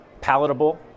palatable